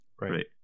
right